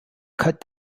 cut